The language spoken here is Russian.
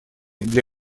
для